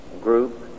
group